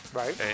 right